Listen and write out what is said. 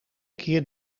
keer